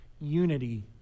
unity